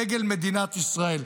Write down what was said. דגל מדינת ישראל.